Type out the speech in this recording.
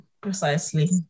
Precisely